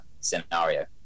scenario